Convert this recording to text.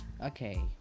Okay